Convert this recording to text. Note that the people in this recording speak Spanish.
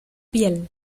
piel